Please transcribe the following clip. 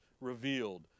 revealed